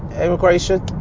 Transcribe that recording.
immigration